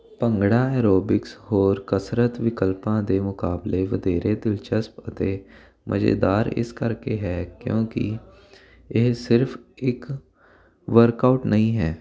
bhangra aerobics ਹੋਰ ਕਸਰਤ ਵਿਕਲਪਾਂ ਦੇ ਮੁਕਾਬਲੇ ਵਧੇਰੇ ਦਿਲਚਸਪ ਅਤੇ ਮਜ਼ੇਦਾਰ ਇਸ ਕਰਕੇ ਹੈ ਕਿਉਂਕਿ ਇਹ ਸਿਰਫ ਇੱਕ ਵਰਕਆਊਟ ਨਹੀਂ ਹੈ